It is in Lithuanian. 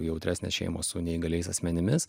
jautresnės šeimos su neįgaliais asmenimis